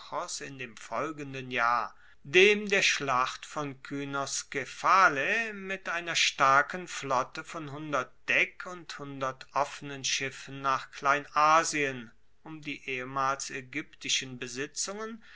in dem folgenden jahr dem der schlacht von kynoskephalae mit einer starken flotte von deck und offenen schiffen nach kleinasien um die ehemals aegyptischen besitzungen